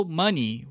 money